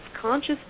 conscious